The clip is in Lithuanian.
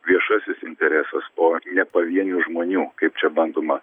viešasis interesas o ne pavienių žmonių kaip čia bandoma